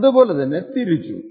അതുപോലെ തന്നെ തിരിച്ചും